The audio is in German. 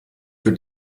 für